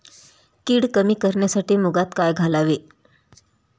कीड कमी करण्यासाठी मुगात काय घालावे?